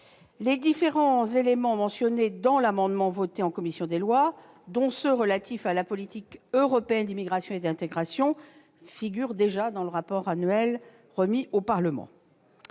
Les différents éléments mentionnés dans l'amendement voté en commission des lois, dont ceux relatifs à la politique européenne d'immigration et d'intégration, figurent déjà dans ce rapport. Cet article